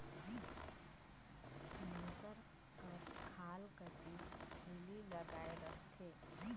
मूसर कर खाल कती खीली लगाए रहथे